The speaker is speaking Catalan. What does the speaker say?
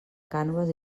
cànoves